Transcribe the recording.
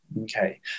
Okay